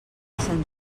sant